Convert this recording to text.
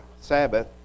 Sabbath